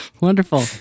Wonderful